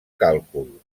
càlcul